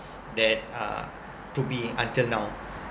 that uh to me until now